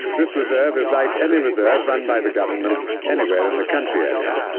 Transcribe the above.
this reserve is like any reserve run by the government anywhere in the country areas.